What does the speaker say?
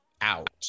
out